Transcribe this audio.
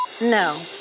no